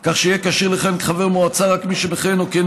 לישראל כך שיהיה כשיר לכהן כחבר מועצה רק מי שמכהן או כיהן